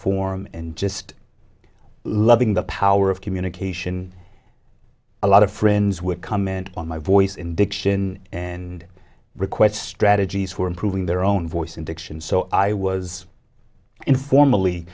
form and just loving the power of communication a lot of friends would come in on my voice indiction and requests strategies for improving their own voice and diction so i was informally